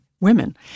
women